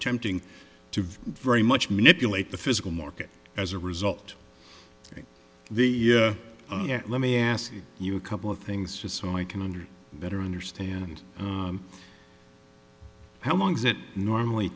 attempting to very much manipulate the physical market as a result i think the let me ask you a couple of things just so i can under better understand how long is it normally